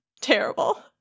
terrible